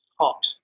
Hot